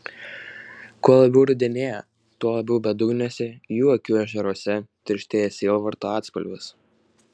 kuo labiau rudenėja tuo labiau bedugniuose jų akių ežeruose tirštėja sielvarto atspalvis